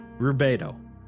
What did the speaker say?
Rubedo